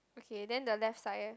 okay then the left side